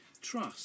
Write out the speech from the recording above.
Trust